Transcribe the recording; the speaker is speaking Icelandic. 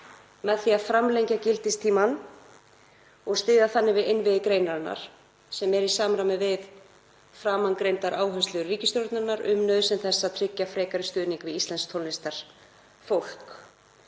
með því að framlengja gildistímann og styðja þannig við innviði greinarinnar sem er í samræmi við framangreindar áherslur ríkisstjórnarinnar um nauðsyn þess að tryggja frekari stuðning við íslenskt tónlistarfólk.